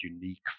unique